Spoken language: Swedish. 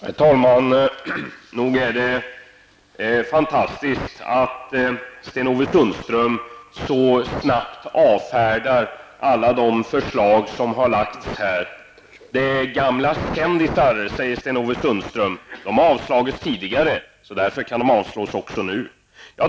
Herr talman! Nog är det fantastiskt att Sten-Ove Sundström så snabbt avfärdar alla de förslag som har lagts fram här. Det är gamla kändisar, säger Sten-Ove Sundström, de har avslagits tidigare och därför kan de avslås även nu.